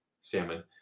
salmon